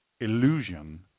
illusion